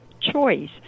choice